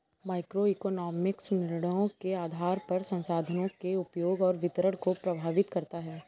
microeconomics निर्णयों के आधार पर संसाधनों के उपयोग और वितरण को प्रभावित करता है